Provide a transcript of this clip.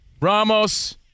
Ramos